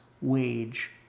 wage